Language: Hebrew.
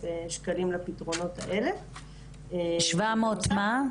שקלים לפתרונות האלה- -- שבע מאות מה?